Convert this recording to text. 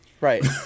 Right